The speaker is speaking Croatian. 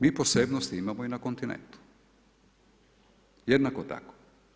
Mi posebnost imamo i na kontinentu, jednako tako.